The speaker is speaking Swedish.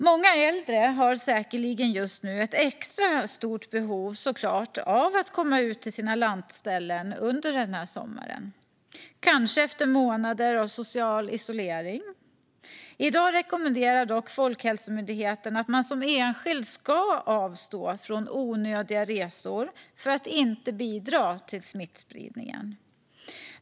Många äldre har säkerligen just nu ett extra stort behov av att få komma ut till sina lantställen under den här sommaren, kanske efter månader av social isolering. I dag rekommenderar dock Folkhälsomyndigheten att man som enskild ska avstå från onödiga resor för att inte bidra till smittspridning.